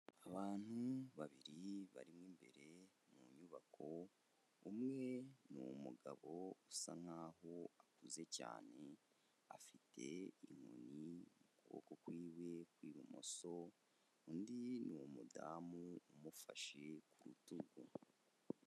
Abantu babiri barimo imbere mu nyubako, umwe ni umugabo usa nkaho ahuze cyane, afite inkoni mu kuboko kwiwe kw'ibumoso, undi ni umudamu umufashe ku rutugu.